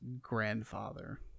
grandfather